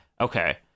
okay